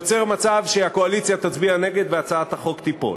זה יוצר מצב שהקואליציה תצביע נגד והצעת החוק תיפול.